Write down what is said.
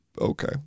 okay